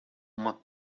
uma